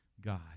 God